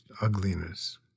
ugliness